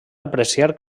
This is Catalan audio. apreciar